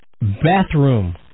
bathroom